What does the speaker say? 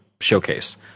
showcase